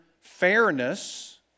fairness